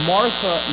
Martha